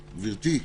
גברתי,